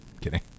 Kidding